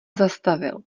zastavil